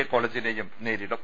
A കോളേജിനേയും നേരിടും